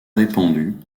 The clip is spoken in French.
répandue